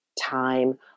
time